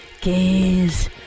Gaze